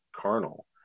carnal